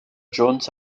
jones